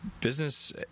business